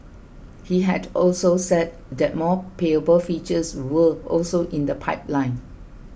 he had also said that more payable features were also in the pipeline